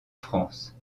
france